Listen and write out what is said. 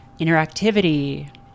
interactivity